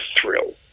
thrill